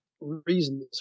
reasons